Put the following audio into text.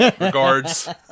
Regards